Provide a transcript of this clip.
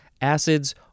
acids